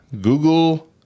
Google